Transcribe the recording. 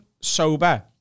sober